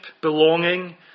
belonging